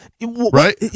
Right